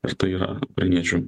ir tai yra ukrainiečių